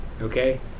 Okay